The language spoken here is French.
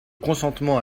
consentement